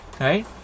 Right